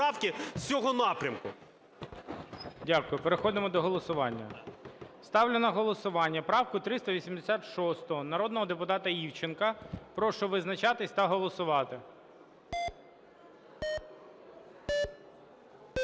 Дякую. Переходимо до голосування. Ставлю на голосування правку 386 народного депутата Івченка. Прошу визначатися та голосувати.